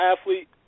athlete